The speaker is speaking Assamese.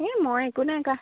এই মই একো নাই কৰা